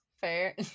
Fair